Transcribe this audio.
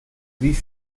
wie